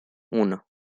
uno